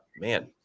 man